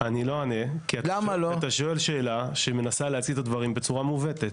אני לא אענה כי אתה שואל שאלה שמנסה להציג את הדברים בצורה מעוותת.